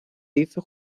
hizo